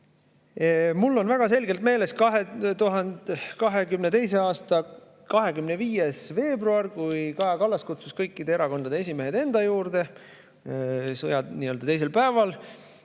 Mul on väga selgelt meeles 2022. aasta 25. veebruar, kui Kaja Kallas kutsus kõikide erakondade esimehed enda juurde. See oli sõja teisel päeval.